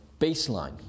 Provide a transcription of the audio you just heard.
baseline